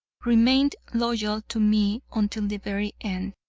remained loyal to me until the very end.